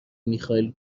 میخائیل